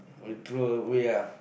we throw away ah